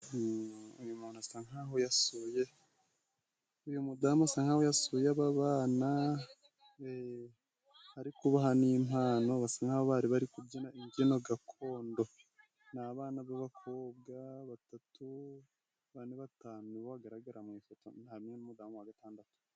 Uyu muntu asa nk'aho yasuye uyu mudamu asa nk'aho yasuye aba bana ari kubaha n'impano, basa nk'aho bari bari kubyina imbyino gakondo ni abana b'abakobwa batatu, bane ,batanu ni bo bagaragara mu ifoto hamwe n'umudamu wa gatandatu.